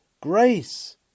grace